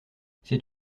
c’est